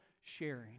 sharing